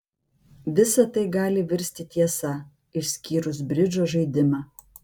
visa tai gali virsti tiesa išskyrus bridžo žaidimą